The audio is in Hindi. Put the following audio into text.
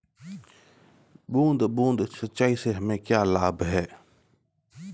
बूंद बूंद सिंचाई से हमें क्या लाभ है?